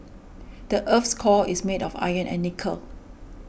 the earth's core is made of iron and nickel